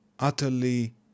utterly